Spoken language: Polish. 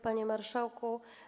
Panie Marszałku!